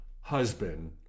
husband